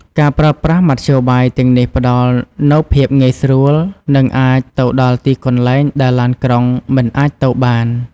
ការប្រើប្រាស់មធ្យោបាយទាំងនេះផ្តល់នូវភាពងាយស្រួល និងអាចទៅដល់ទីកន្លែងដែលឡានក្រុងមិនអាចទៅបាន។